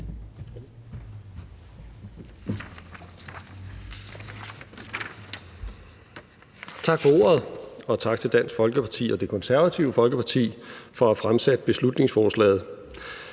Tak for ordet, og tak til Dansk Folkeparti og Det Konservative Folkeparti for at have fremsat beslutningsforslaget.